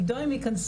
עידו הם יכנסו.